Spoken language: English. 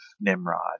Nimrod